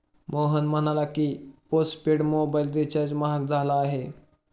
मोहन म्हणाला की, postpaid mobile recharge महाग झाला आहे